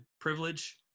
privilege